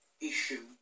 issue